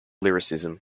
lyricism